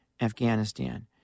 Afghanistan